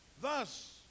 Thus